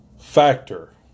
factor